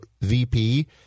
VP